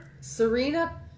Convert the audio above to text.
Serena